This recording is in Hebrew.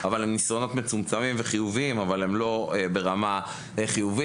הם חיוביים ומצומצמים אבל הם לא ברמה חיובית.